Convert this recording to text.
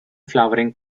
flowering